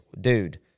dude